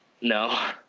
No